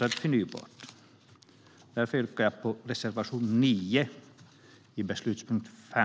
Jag yrkar därför bifall till reservation 9 under punkt 5.